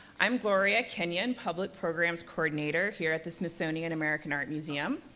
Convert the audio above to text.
i'm gloria kenyon, public programs coordinator here at the smithsonian american art museum.